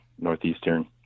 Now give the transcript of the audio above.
northeastern